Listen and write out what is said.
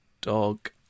dog